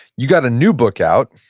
you got a new book out,